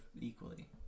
equally